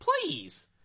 Please